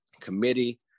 committee